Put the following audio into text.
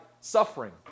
suffering